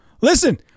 Listen